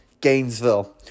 Gainesville